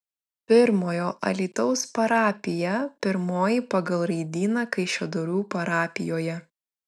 pirmojo alytaus parapija pirmoji pagal raidyną kaišiadorių parapijoje